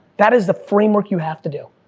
that is the framework you have to do,